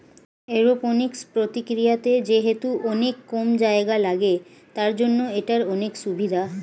aeroponics প্রক্রিয়াতে যেহেতু অনেক কম জায়গা লাগে, তার জন্য এটার অনেক সুভিধা